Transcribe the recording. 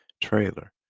trailer